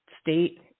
state